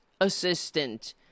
assistant